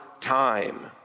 time